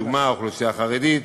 לדוגמה, האוכלוסייה החרדית,